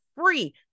free